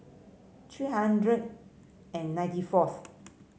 three hundred and ninety fourth